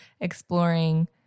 exploring